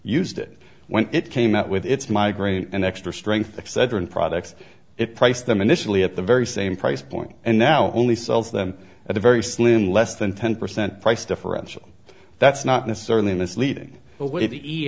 used it when it came out with its migraine and extra strength excedrin products it priced them initially at the very same price point and now only sells them at a very slim less than ten percent price differential that's not necessarily misleading away the e